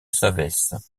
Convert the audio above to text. savès